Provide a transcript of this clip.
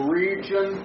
region